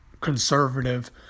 conservative